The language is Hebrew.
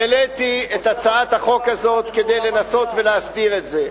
העליתי את הצעת החוק הזאת כדי לנסות ולהסדיר את זה.